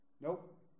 Nope